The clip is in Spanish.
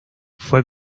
fue